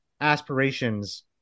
aspirations